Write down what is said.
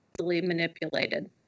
manipulated